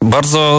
Bardzo